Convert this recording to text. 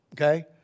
okay